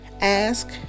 ask